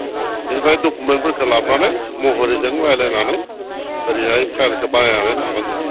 बेनिफ्राय डुकुमेन्टफोरखौ लाबोनानै मह'रिजों रायज्लायनानै ओरैहाय फाइलखौ बानायनानै लाब्लानो जाबाय